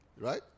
Right